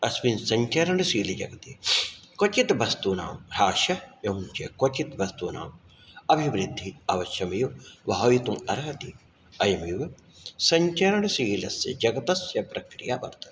अस्मिन् सञ्चरणशीले जगति क्वचित् वस्तूनां हास्य एवं च क्वचित् वस्तूनाम् अभिवृद्धि अवश्यमेव भावितुम् अर्हति अयमेव सञ्चरणशीलस्य जगतस्य प्रक्रिया वर्तते